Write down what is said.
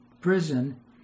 prison